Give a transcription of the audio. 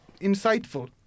insightful